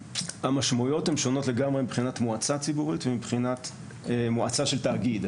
המשמעויות הן שונות לגמרי מבחינת מועצה ציבורית ומבחינת מועצה של תאגיד.